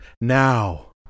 now